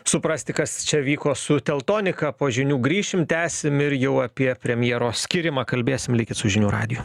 suprasti kas čia vyko su teltonika po žinių grįšim tęsim ir jau apie premjero skyrimą kalbėsim likit su žinių radiju